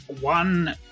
one